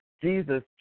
Jesus